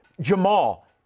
Jamal –